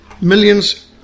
millions